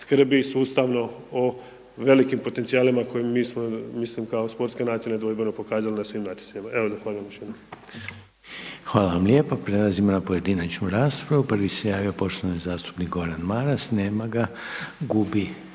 skrbi sustavno o velikim potencijalima kojima mi smo mislim kao sportska nacija nedvojbeno pokazala na svim natjecanjima. Evo zahvaljujem još